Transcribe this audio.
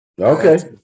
Okay